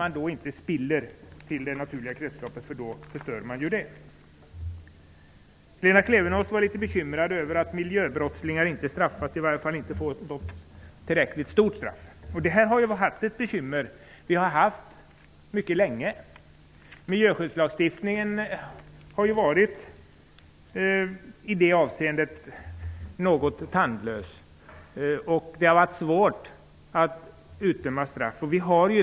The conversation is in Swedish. Man får inte ''spilla'' till det naturliga kretsloppet, eftersom det då blir förstört. Lena Klevenås var litet bekymrad över att miljöbrottslingar inte straffas eller åtminstone inte får tillräckligt mycket straff. Det har varit ett bekymmer mycket länge. I det avseendet har miljöskyddslagstiftningen varit litet tandlös. Det har varit svårt att utdöma straff.